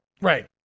Right